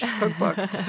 cookbook